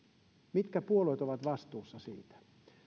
mitkä puolueet ovat vastuussa siitä